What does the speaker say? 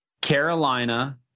Carolina